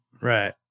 Right